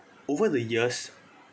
over the years